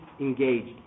engaged